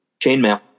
Chainmail